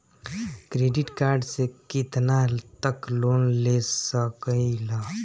Credit card से कितना तक लोन ले सकईल?